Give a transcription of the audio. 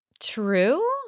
True